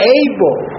able